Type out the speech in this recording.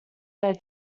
their